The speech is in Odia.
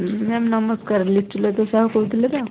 ମ୍ୟାମ୍ ନମସ୍କାର ଲିଚୁଲତା ସାହୁ କହୁଥିଲେ ତ